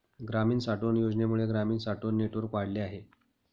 ग्रामीण साठवण योजनेमुळे ग्रामीण साठवण नेटवर्क वाढले आहे